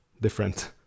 different